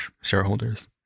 shareholders